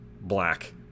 black